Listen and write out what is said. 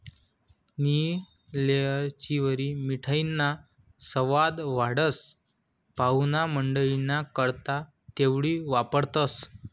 नियी येलचीवरी मिठाईना सवाद वाढस, पाव्हणामंडईना करता तेवढी वापरतंस